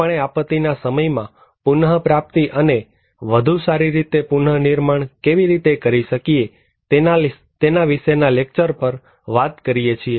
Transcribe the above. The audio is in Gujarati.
આપણે આપત્તિ ના સમયમાં પુનઃપ્રાપ્તિ અને વધુ સારી રીતે પુનર્નિર્માણ કેવી રીતે કરી શકીએ તેના વિશેના લેક્ચર પર વાત કરીએ છીએ